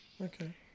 okay